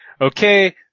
okay